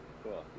cool